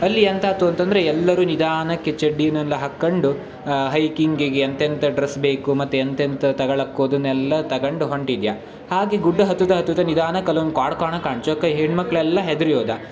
ಅಲ್ಲಿ ಎಂತಾಯ್ತು ಅಂತಂದರೆ ಎಲ್ಲರೂ ನಿಧಾನಕ್ಕೆ ಚಡ್ಡಿಯೆಲ್ಲ ಹಾಕ್ಕಂಡು ಹೈಕಿಂಗಿಗೆ ಎಂತೆಂತ ಡ್ರೆಸ್ ಬೇಕು ಮತ್ತೆ ಎಂತೆಂತ ತಗಳಕ್ಕು ಅದನ್ನೆಲ್ಲ ತಗೊಂಡು ಹೊರ್ಟಿದ್ಯ ಹಾಗೇ ಗುಡ್ಡ ಹತ್ತುತ್ತಾ ಹತ್ತುತ್ತಾ ನಿಧಾನಕ್ಕೆ ಅಲ್ಲೊಂದು ಕಾಡ್ಕೋಣ ಕಾಣ್ತು ಅದ್ಕೆ ಹೆಣ್ಣು ಮಕ್ಕಳೆಲ್ಲ ಹೆದ್ರೋದ